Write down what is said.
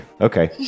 Okay